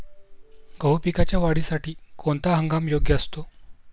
गहू पिकाच्या वाढीसाठी कोणता हंगाम योग्य असतो?